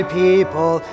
people